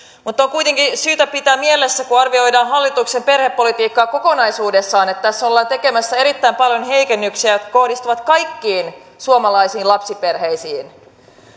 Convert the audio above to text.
mutta on kuitenkin syytä pitää mielessä kun arvioidaan hallituksen perhepolitiikkaa kokonaisuudessaan että tässä ollaan tekemässä erittäin paljon heikennyksiä jotka kohdistuvat kaikkiin suomalaisiin lapsiperheisiin